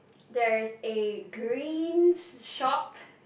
there is a green shop